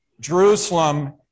Jerusalem